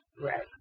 Right